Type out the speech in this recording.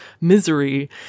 misery